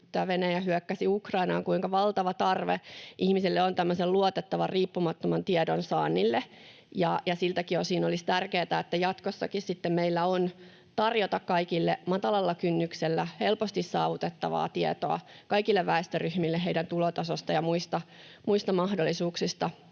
Venäjä hyökkäsi Ukrainaan, kuinka valtava tarve ihmisillä on tämmöisen luotettavan, riippumattoman tiedon saannille, ja siltäkin osin olisi tärkeätä, että jatkossakin meillä on tarjota kaikille matalalla kynnyksellä helposti saavutettavaa tietoa, kaikille väestöryhmille heidän tulotasostaan ja muista mahdollisuuksistaan